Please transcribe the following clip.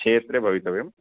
क्षेत्रे भवितव्यम्